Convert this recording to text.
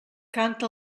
canta